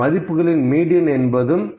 இந்த மதிப்புகளின் மீடியன் என்பதும் 15